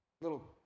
little